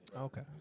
Okay